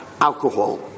alcohol